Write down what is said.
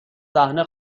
صحنه